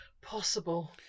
possible